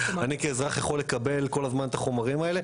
אני כאזרח יכול לקבל כל הזמן את החומרים האלה,